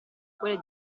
quelle